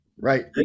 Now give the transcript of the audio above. right